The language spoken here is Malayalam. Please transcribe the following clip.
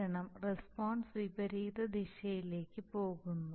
കാരണം റസ്പോൺസ് വിപരീത ദിശയിലേക്ക് പോകുന്നു